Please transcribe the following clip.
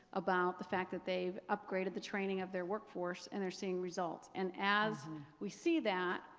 about the fact that they've upgraded the training of their workforce and they're seeing results. and as we see that,